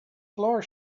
floor